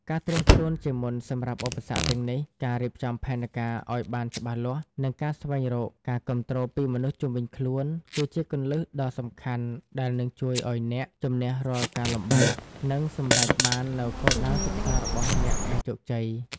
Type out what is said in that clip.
ការត្រៀមខ្លួនជាមុនសម្រាប់ឧបសគ្គទាំងនេះ ការរៀបចំផែនការឱ្យបានច្បាស់លាស់ និងការស្វែងរកការគាំទ្រពីមនុស្សជុំវិញខ្លួន គឺជាគន្លឹះដ៏សំខាន់ដែលនឹងជួយឱ្យអ្នកជម្នះរាល់ការលំបាក និងសម្រេចបាននូវគោលដៅសិក្សារបស់អ្នកដោយជោគជ័យ។